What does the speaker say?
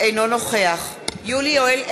אינו נוכח יולי יואל אדלשטיין,